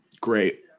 Great